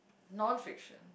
non fiction